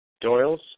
Doyles